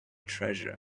treasure